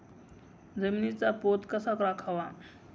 जमिनीचा पोत कसा राखावा?